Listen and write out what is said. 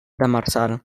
demersal